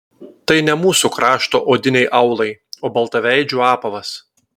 tai ne mūsų krašto odiniai aulai o baltaveidžių apavas